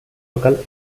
local